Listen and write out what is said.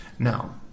Now